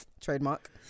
Trademark